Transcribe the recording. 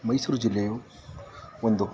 ಮೈಸೂರು ಜಿಲ್ಲೆಯು ಒಂದು